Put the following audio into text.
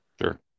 Sure